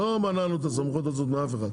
לא מנענו את הסמכות הזאת מאף אחד,